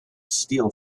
steel